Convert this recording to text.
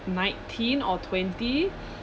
nineteen or twenty